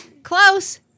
Close